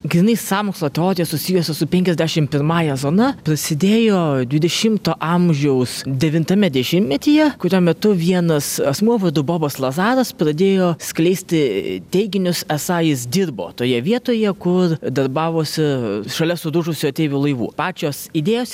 grynai sąmokslo teorijos susijusios su penkiasdešim pirmąja zona prasidėjo dvidešimto amžiaus devintame dešimtmetyje kurio metu vienas asmuo vardu bobas lazaras pradėjo skleisti teiginius esą jis dirbo toje vietoje kur darbavosi šalia sudužusių ateivių laivų pačios idėjos